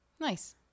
Nice